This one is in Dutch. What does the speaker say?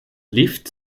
lift